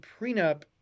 prenup